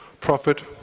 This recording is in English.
Profit